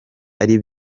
ari